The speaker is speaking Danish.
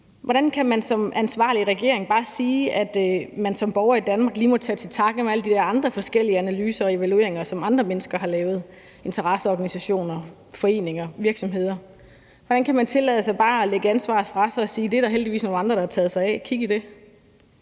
Hvordan kan man som ansvarlig regering bare sige, at man som borger i Danmark lige må tage til takke med alle de der forskellige analyser og evalueringer, som andre mennesker har lavet i f.eks. interesseorganisationer, foreninger eller virksomheder? Hvordan kan man tillade sig bare at lægge ansvaret fra sig og sige: Det er der heldigvis nogle andre der har taget sig af; kig i det?